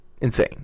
insane